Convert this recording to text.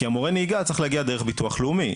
כי מורה הנהיגה צריך להגיע דרך ביטוח לאומי,